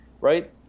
right